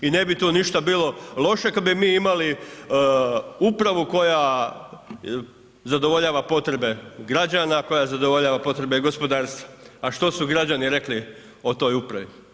I ne bi tu ništa bilo loše kad bi mi imali upravu koja zadovoljava potrebe građana, koja zadovoljava potrebe gospodarstva, a što su građani rekli o toj upravi?